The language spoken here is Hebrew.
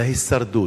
להישרדות,